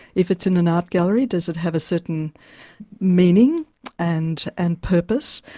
if it's in an art gallery, does it have a certain meaning and and purpose?